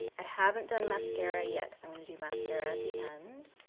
i haven't done mascara yet, because i'm gonna do mascara at the end.